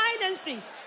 finances